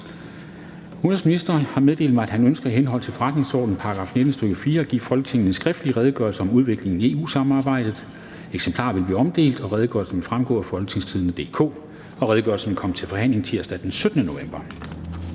Kofod) har meddelt mig, at han ønsker i henhold til forretningsordenens § 19, stk. 4, at give Folketinget en skriftlig Redegørelse om udviklingen i EU-samarbejdet. (Redegørelse nr. 8). Eksemplarer vil blive omdelt, og redegørelsen vil fremgå af www.folketingstidende.dk. Redegørelsen vil komme til forhandling tirsdag den 17. november